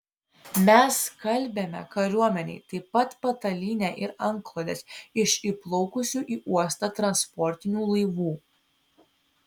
mes skalbiame kariuomenei taip pat patalynę ir antklodes iš įplaukusių į uostą transportinių laivų